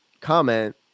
comment